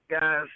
guys